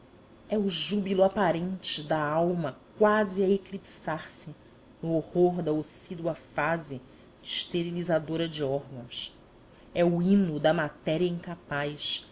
é o júbilo aparente da alma quase a eclipsar se no horror da ocídua fase esterilizadora de órgãos é o hino da matéria incapaz